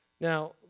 Now